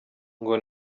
ngo